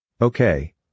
Okay